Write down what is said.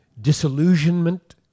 disillusionment